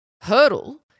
hurdle